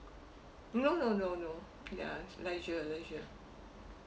no no no no ya it's leisure leisure